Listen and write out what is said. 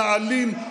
נעלים,